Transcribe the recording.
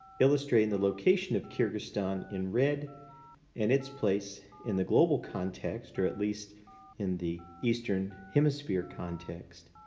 illustrating the location of kyrgyzstan in red and its place in the global context, or at least in the eastern hemisphere context.